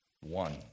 One